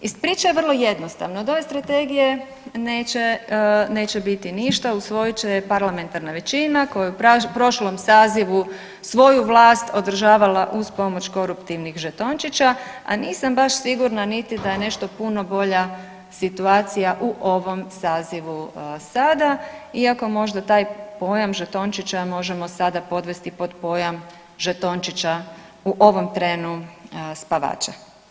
Iz priče je vrlo jednostavno, od ove strategije neće, neće biti ništa, usvojit će je parlamentarna većina koja je u prošlom sazivu svoju vlast održavala uz pomoć koruptivnih žetončića, a nisam baš sigurna niti da je nešto puno bolja situacija u ovom sazivu sada iako možda taj pojam žetončića možemo sada podvesti pod pojam žetončića u ovom trenu spavača.